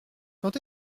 quand